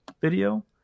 video